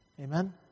Amen